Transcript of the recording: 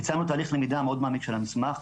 ביצענו תהליך למידה מאוד מעמיק של המסמך,